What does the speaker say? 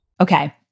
Okay